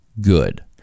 good